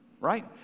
right